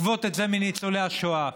לגבות את זה מניצולי השואה.